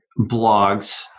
blogs